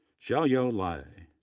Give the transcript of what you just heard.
zhuoyao lai,